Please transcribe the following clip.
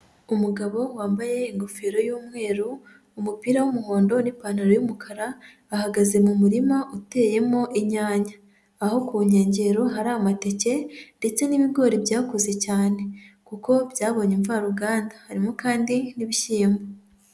Umugabo wambaye ingofero y'umweru, umupira w'umuhondo n'ipantaro y'umukara, ahagaze mu murima uteyemo inyanya, aho ku nkengero hari amateke ndetse n'ibigori byakuze cyane kuko byabonye imvaruganda, harimo kandi n'ibishyimbo.